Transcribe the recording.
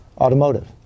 automotive